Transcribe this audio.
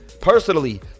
personally